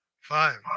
five